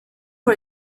for